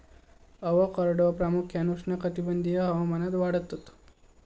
avocado प्रामुख्यान उष्णकटिबंधीय हवामानात वाढतत